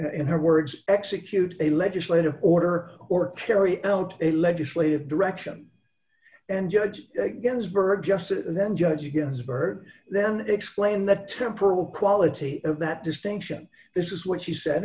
in her words execute a legislative order or carry out a legislative direction and judge ginsburg just then judge you as a bird then explain that temporal quality of that distinction this is what she said